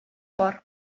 бар